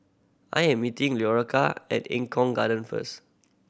I am meeting Leora at Eng Kong Garden first